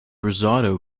risotto